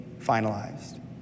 finalized